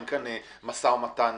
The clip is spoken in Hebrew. אין פה משא ומתן.